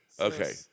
Okay